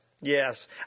Yes